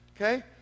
Okay